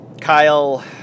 Kyle